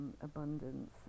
abundance